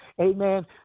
amen